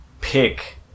pick